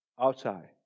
outside